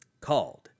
called